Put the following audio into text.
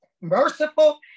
merciful